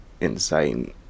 insane